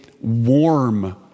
warm